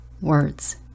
words